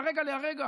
מהרגע להרגע.